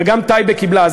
וגם טייבה קיבלה.